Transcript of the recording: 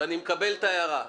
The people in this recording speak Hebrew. ואני מקבל את ההערה.